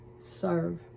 serve